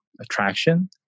attraction